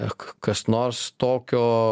ak kas nors tokio